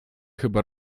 chyba